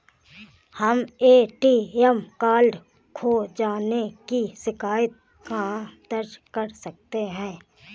हम ATM card खो जाने की शिकायत कहाँ दर्ज कर सकते हैं?